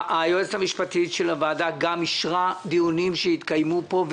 היועצת המשפטית של הוועדה גם אישרה דיונים שהתקיימו פה,